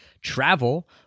travel